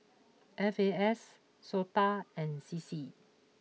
F A S Sota and C C